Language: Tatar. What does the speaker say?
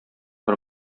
бер